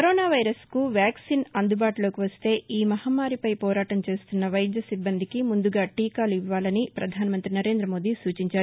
corona వైరస్కు vaccine అందుబాటులోకి వస్తే ఈ మహమ్మారిపై పోరాటం చేస్తున్న వైద్య సిబ్బందికి ముందుగా టీకా ఇవ్వాలని ప్రధానమంతి సరేందమోదీ సూచించారు